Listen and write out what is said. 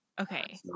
Okay